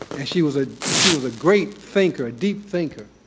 and she was a she was a great thinker, a deep thinker.